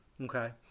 Okay